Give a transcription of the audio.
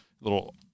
little